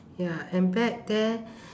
ya and back then